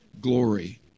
glory